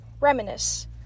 reminisce